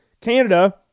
Canada